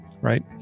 Right